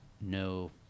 no